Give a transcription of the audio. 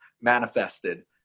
manifested